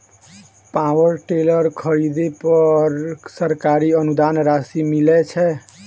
Power tiller खरीदे पर सरकारी अनुदान राशि मिलय छैय?